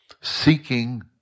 seeking